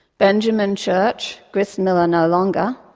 benjamin church, grist miller no longer,